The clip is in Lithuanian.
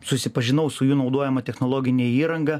susipažinau su jų naudojama technologine įranga